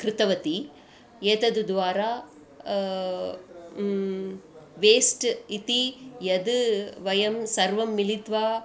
कृतवती एतद्द्वारा वेस्ट् इति यद् वयं सर्वं मिलित्वा